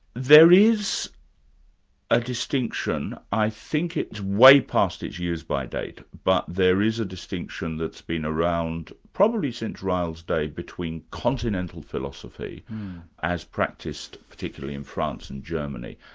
there is a distinction, i think it's way past its use-by date, but there is a distinction that's been around, probably since ryle's day, between continental philosophy as practiced particularly in france and germany,